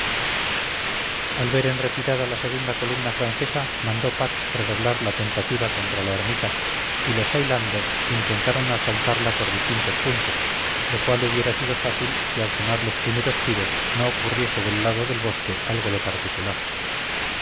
al ver en retirada la segunda columna francesa mandó pack redoblar la tentativa contra la ermita y los highlandersintentaron asaltarla por distintos puntos lo cual hubiera sido fácil si al sonar los primeros tiros no ocurriese del lado del bosque algo de particular